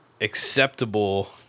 acceptable